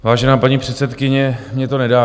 Vážená paní předsedkyně, mně to nedá.